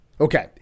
Okay